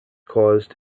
caused